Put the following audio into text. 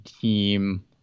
team